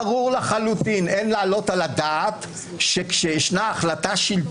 ואני חרדה למקום הזה כשאתה יושב